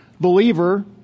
believer